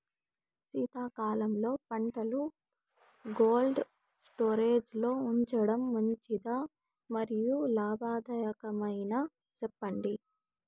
శీతాకాలంలో పంటలు cold storage లో ఉంచడం మంచిదా? మరియు లాభదాయకమేనా, సెప్పండి